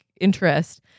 interest